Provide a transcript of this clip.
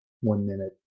one-minute